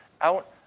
out